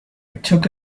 took